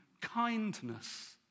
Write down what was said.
kindness